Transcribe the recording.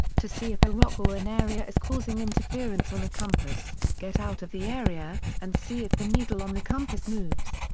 to see if a rock or an area is causing interference on a compass, get out of the area, and see if the needle on the compass moves.